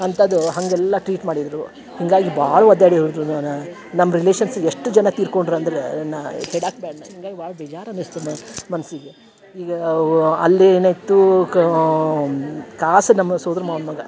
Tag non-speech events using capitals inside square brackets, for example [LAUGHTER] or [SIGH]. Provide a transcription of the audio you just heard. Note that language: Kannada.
ಅಂಥದು ಹಾಗೆಲ್ಲಾ ಟ್ರೀಟ್ ಮಾಡಿದ್ದರು ಹಾಗಾಗಿ ಭಾಳ ಒದ್ದಾಡಿ [UNINTELLIGIBLE] ನಮ್ಮ ರಿಲೇಷನ್ಸ್ ಎಷ್ಟು ಜನ ತಿರ್ಕೊಂಡ್ರ ಅಂದ್ರ ನಾ ಹೇಳಾಕೆ ಬ್ಯಾಡ್ನ ಹಿಂಗಾಯ್ ಭಾಳ ಬೇಜಾರು ಅನಸ್ತದ ಮನಸ್ಸಿಗೆ ಈಗ ಅವು ಅಲ್ಲೆನೆತ್ತೂ ಕಾ ಕಾಸ ನಮ್ಮ ಸೋದರ ಮಾವನ ಮಗ